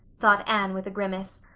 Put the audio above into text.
thought anne with a grimace,